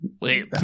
Wait